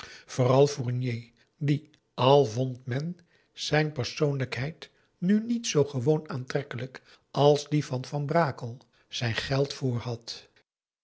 vooral fournier die al vond men zijn persoonlijkheid nu niet zoo gewoon aantrekkelijk als die van van brakel zijn geld vr had